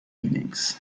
evenings